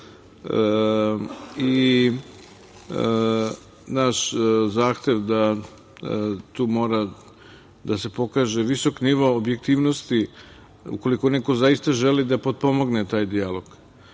i naš zahtev da tu mora da se pokaže visok nivo objektivnosti ukoliko neko zaista želi da potpomogne taj